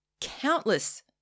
Countless